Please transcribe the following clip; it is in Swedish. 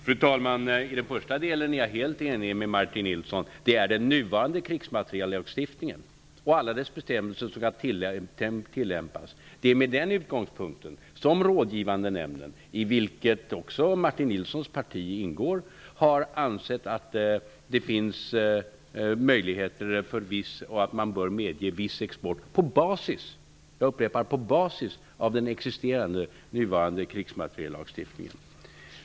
Fru talman! I den första delen är jag helt enig med Martin Nilsson. Det är den nuvarande krigsmateriellagstiftningen och alla dess bestämmelser som skall tillämpas. Det är med den utgångspunkten som rådgivande nämnden, i vilken också Martin Nilssons parti ingår, har ansett att det finns möjligheter för viss export och att man bör medge sådan på basis av den nu existerande krigsmateriellagstiftningen.